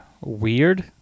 weird